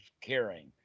caring